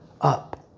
up